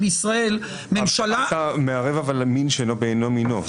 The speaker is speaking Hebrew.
אתה מערב מין בשאינו מינו.